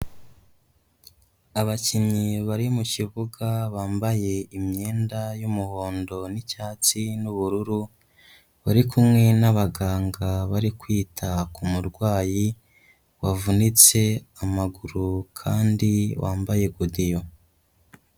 Abakinnyi bari mu kibuga, bambaye imyenda y'umuhondo n’icyatsi n'ubururu, bari kumwe n'abaganga bari kwita k’umurwayi, wavunitse amaguru kandi wambaye godiyo.